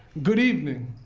good evening.